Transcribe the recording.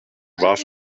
warf